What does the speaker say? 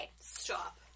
Stop